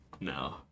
No